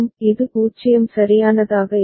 இது 0 சரியானதாக இருக்கும்